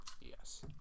Yes